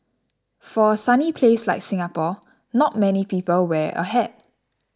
for a sunny place like Singapore not many people wear a hat